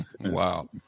Wow